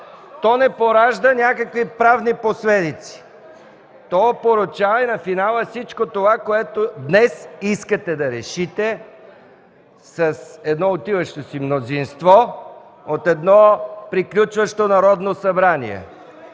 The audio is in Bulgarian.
То не поражда някакви правни последици. То опорочава и на финала всичко това, което днес искате да решите с едно отиващо си мнозинство от едно приключващо Народно събрание.